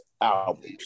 albums